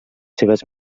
seves